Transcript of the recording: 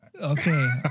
Okay